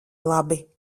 labi